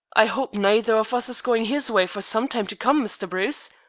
i hope neither of us is going his way for some time to come, mr. bruce,